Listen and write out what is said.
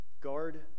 guard